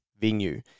venue